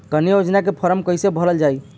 कन्या योजना के फारम् कैसे भरल जाई?